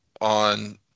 on